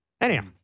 Anyhow